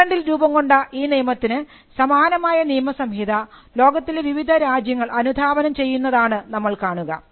ഇംഗ്ലണ്ടിൽ രൂപംകൊണ്ട ഈ നിയമത്തിന് സമാനമായ നിയമസംഹിത ലോകത്തിലെ വിവിധ രാജ്യങ്ങൾ അനുധാവനം ചെയ്യുന്നതാണ് നമ്മൾ കാണുക